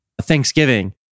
Thanksgiving